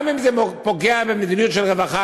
גם אם זה פוגע במדיניות של רווחה,